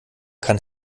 kann